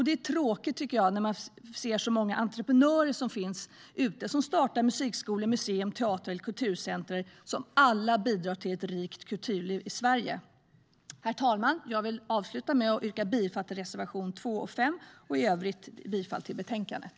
Det är tråkigt när man ser så många entreprenörer som startar musikskolor, museer, teatrar eller kulturcentrum som alla bidrar till ett rikt kulturliv i Sverige. Herr talman! Jag vill avsluta med att yrka bifall till reservationerna 2 och 5 och i övrigt till utskottets förslag i betänkandet.